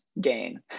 gain